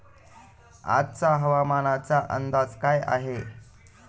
आजचा हवामानाचा अंदाज काय आहे?